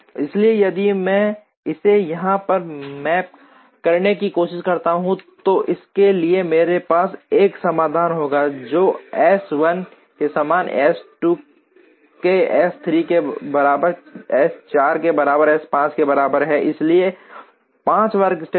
इसलिए यदि मैं इसे यहां पर मैप करने की कोशिश करता हूं तो इसके लिए मेरे पास एक समाधान होगा जो S 1 के समान S 2 के S 3 के बराबर S 4 के बराबर S 5 के बराबर 1 है इसलिए 5 वर्कस्टेशन